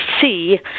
see